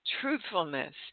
truthfulness